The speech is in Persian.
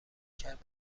کرد